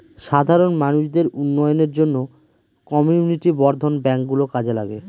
সাধারণ মানুষদের উন্নয়নের জন্য কমিউনিটি বর্ধন ব্যাঙ্ক গুলো কাজে লাগে